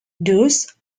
thus